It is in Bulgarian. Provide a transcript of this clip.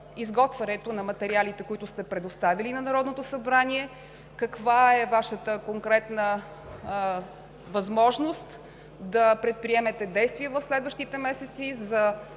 изготвянето на материалите, които сте предоставили на Народното събрание, каква е Вашата конкретна възможност да предприемете действия в следващите месеци за